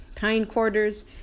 hindquarters